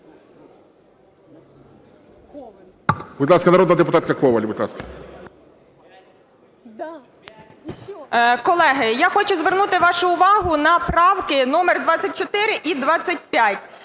Будь ласка, народна депутатка Коваль. 14:57:24 КОВАЛЬ О.В. Колеги, я хочу звернути вашу увагу на правки номер 24 і 25.